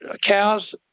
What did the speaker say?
cows